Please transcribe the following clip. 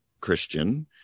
Christian